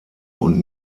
und